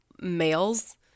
males